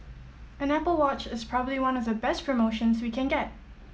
an Apple Watch is probably one the best promotions we can get